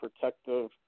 protective